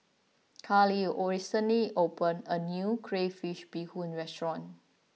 Carly all recently opened a new Crayfish Beehoon Restaurant